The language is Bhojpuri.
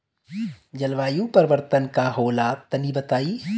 जलवायु परिवर्तन का होला तनी बताई?